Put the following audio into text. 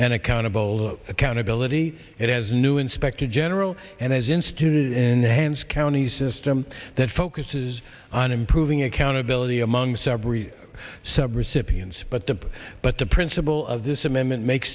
and accountable accountability it has new inspector general and has instituted in the hands counties system that focuses on improving accountability among several sub recipients but the but the principle of this amendment makes